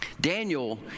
Daniel